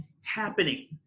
happening